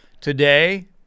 today